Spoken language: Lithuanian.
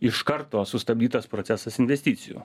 iš karto sustabdytas procesas investicijų